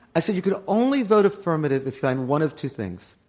i said you could only vote affirmative if you find one of two things.